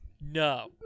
no